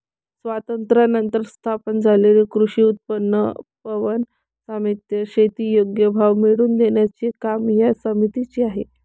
स्वातंत्र्यानंतर स्थापन झालेल्या कृषी उत्पन्न पणन समित्या, शेती योग्य भाव मिळवून देण्याचे काम या समितीचे आहे